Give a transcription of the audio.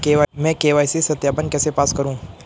मैं के.वाई.सी सत्यापन कैसे पास करूँ?